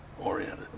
oriented